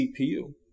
CPU